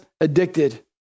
addicted